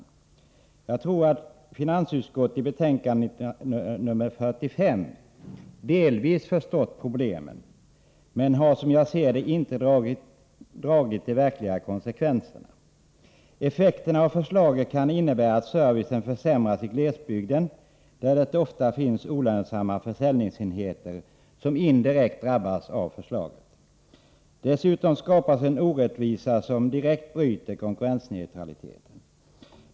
Finansutskottet visar i betänkande nr 45 att man delvis förstått problemen, men man har, som jag ser det, inte dragit de riktiga konsekvenserna. Effekterna av förslaget kan bli att servicen försämras i glesbygden, där det ofta finns olönsamma försäljningsenheter, som indirekt drabbas av förslaget. Dessutom skapas en orättvisa som direkt bryter konkurrensneutraliteten.